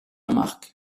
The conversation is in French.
marque